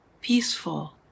peaceful